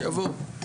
חבל שנכנסת בזה.